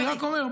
אני רק אומר,